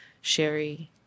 Sherry